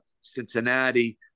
Cincinnati